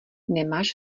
nemáš